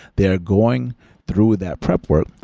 they are going through that prep work,